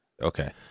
Okay